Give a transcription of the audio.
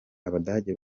abadage